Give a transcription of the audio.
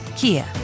Kia